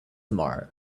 tomorrow